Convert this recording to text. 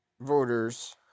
voters